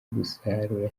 gusarura